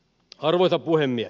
arvoisa puhemies